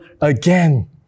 again